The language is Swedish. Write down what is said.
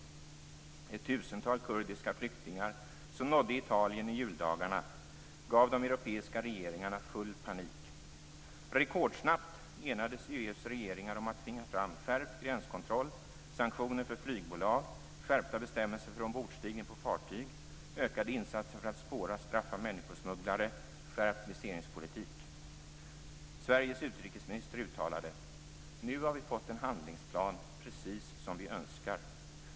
Ett tusental kurdiska flyktingar som nådde Italien i juldagarna gav de europeiska regeringarna full panik. Rekordsnabbt enades EU:s regeringar om att tvinga fram skärpt gränskontroll, sanktioner för flygbolag, skärpta bestämmelser för ombordstigning på fartyg, ökade insatser för att spåra och straffa människosmugglare och en skärpt viseringspolitik. Sveriges utrikesminister uttalade: "Nu har vi fått en handlingsplan precis som vi önskar.